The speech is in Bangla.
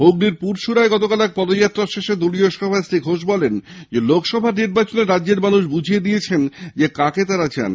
হুগলীর পুরশুড়ায় গতকাল এক পদযাত্রার শেষে দলীয় সভায় শ্রী ঘোষ বলেন লোকসভা নির্বাচনে রাজ্যের মানুষ বুঝিয়ে দিয়েছেন কাকে তারা চান